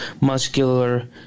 muscular